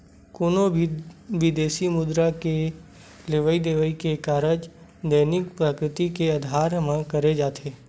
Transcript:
कोनो भी बिदेसी मुद्रा के लेवई देवई के कारज दैनिक प्रकृति के अधार म करे जाथे